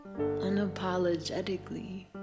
unapologetically